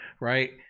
right